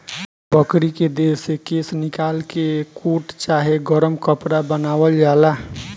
बकरी के देह से केश निकाल के कोट चाहे गरम कपड़ा बनावल जाला